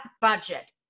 budget